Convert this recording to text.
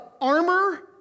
armor